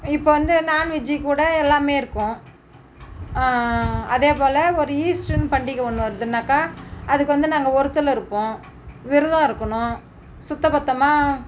இப்போ வந்து நான்வெஜ்ஜி கூட எல்லாமே இருக்கும் அதேபோல் ஒரு ஈஸ்டின்னு பண்டிகை ஒன்று வருதுன்னாக்கால் அதுக்கு வந்து நாங்கள் ஒருத்தலை இருப்போம் விரதம் இருக்கணும் சுத்த பத்தமாக